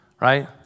Right